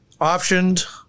optioned